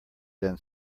than